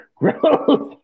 gross